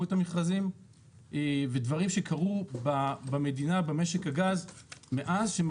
את המכרזים ודברים שקרו במדינה ובמשק הגז מאז,